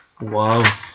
Wow